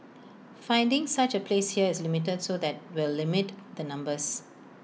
finding such A place here is limited so that will limit the numbers